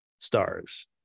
stars